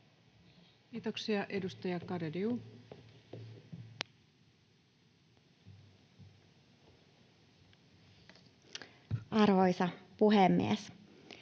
Kiitos. Edustaja Talvitie. Arvoisa puhemies!